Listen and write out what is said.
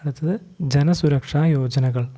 അടുത്തത് ജനസുരക്ഷാ യോജനകൾ